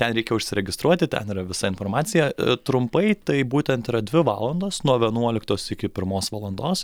ten reikia užsiregistruoti ten yra visa informacija trumpai tai būtent yra dvi valandos nuo vienuoliktos iki pirmos valandos